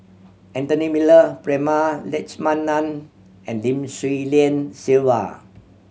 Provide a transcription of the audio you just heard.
Anthony Miller Prema Letchumanan and Lim Swee Lian Sylvia